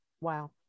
Wow